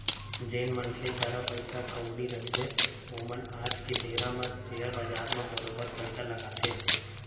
जेन मनखे करा पइसा कउड़ी रहिथे ओमन आज के बेरा म सेयर बजार म बरोबर पइसा लगाथे